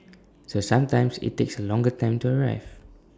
so sometimes IT takes A longer time to arrive